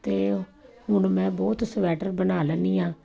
ਅਤੇ ਹੁਣ ਮੈਂ ਬਹੁਤ ਸਵੈਟਰ ਬਣਾ ਲੈਂਦੀ ਹਾਂ